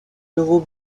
nouveaux